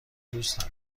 دوست